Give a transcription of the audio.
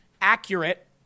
accurate